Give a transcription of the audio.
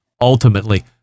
ultimately